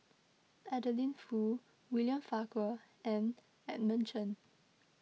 Adeline Foo William Farquhar and Edmund Chen